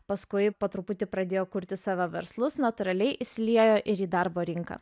paskui po truputį pradėjo kurti savo verslus natūraliai įsiliejo ir į darbo rinką